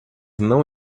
não